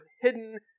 hidden